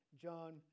John